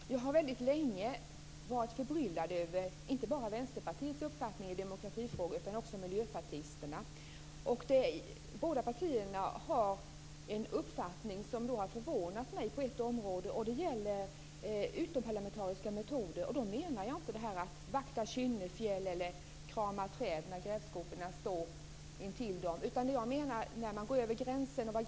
Fru talman! Jag har väldigt länge varit förbryllad över inte bara Vänsterpartiets utan också Miljöpartiets uppfattning i demokratifrågor. Båda partierna har på ett område en uppfattning som har förvånat mig, och det gäller utomparlamentariska metoder. Jag tänker då inte på dem som vaktar Kynnefjäll eller på dem som kramar träd när grävskoporna står intill dem. Jag undrar dock var gränsen går.